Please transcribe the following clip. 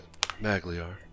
magliar